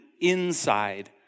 inside